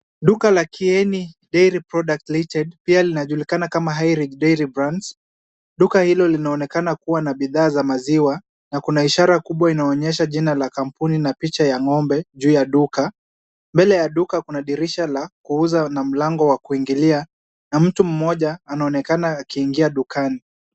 Duka la KIENI DAIRY PRODUCTS LTD pia linajulikana kama Highridge Dairy Brands, duka hili linaonekana kuwa na bidhaa za maziwa na kuna ishara kubwa inaonyesha jina la kampuni na picha ya ng'ombe juu ya duka ,mbele ya duka kuna dirisha la kuuza na mlango wa kuingilia na mtu mmoja anaonekana akiingia dukani.